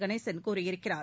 கணேசன் கூறியிருக்கிறார்